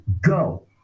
go